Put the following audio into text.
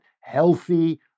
healthy